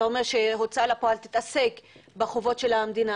אתה אומר שההוצאה לפועל תתעסק בחובות של המדינה?